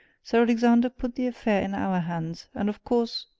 sir alexander put the affair in our hands and of course,